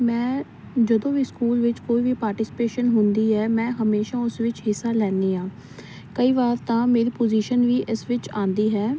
ਮੈਂ ਜਦੋਂ ਵੀ ਸਕੂਲ ਵਿੱਚ ਕੋਈ ਵੀ ਪਾਰਟੀਸਪੇਸ਼ਨ ਹੁੰਦੀ ਹੈ ਮੈਂ ਹਮੇਸ਼ਾ ਉਸ ਵਿੱਚ ਹਿੱਸਾ ਲੈਂਦੀ ਹਾਂ ਕਈ ਵਾਰ ਤਾਂ ਮੇਰੀ ਪੁਜੀਸ਼ਨ ਵੀ ਇਸ ਵਿੱਚ ਆਉਂਦੀ ਹੈ